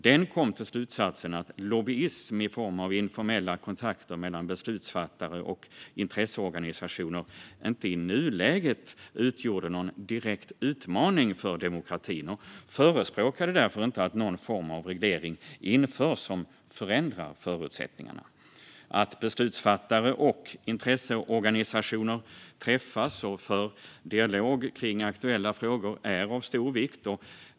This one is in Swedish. Den kom till slutsatsen att lobbyism i form av informella kontakter mellan beslutsfattare och intresseorganisationer i nuläget inte utgjorde någon direkt utmaning för demokratin och förespråkade därför inte att någon form av reglering införs som förändrar förutsättningarna. Att beslutsfattare och intresseorganisationer träffas och för dialog om aktuella frågor är av stor vikt.